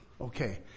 Okay